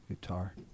guitar